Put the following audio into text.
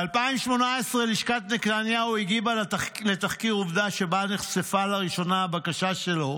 ב-2018 לשכת נתניהו הגיבה על תחקיר עובדה שבו נחשפה לראשונה הבקשה שלו